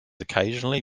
occasionally